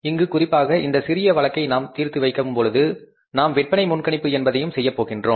இங்கு குறிப்பாக இந்த சிறிய வழக்கை நாம் தீர்த்து வைக்கும் பொழுது நாம் விற்பனை முன்கணிப்பு என்பதையும் செய்யப்போகிறோம்